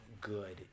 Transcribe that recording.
good